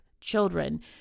children